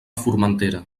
formentera